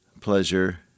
pleasure